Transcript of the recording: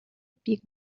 big